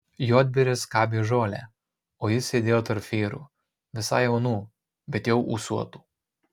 juodbėris skabė žolę o jis sėdėjo tarp vyrų visai jaunų bet jau ūsuotų